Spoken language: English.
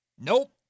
Nope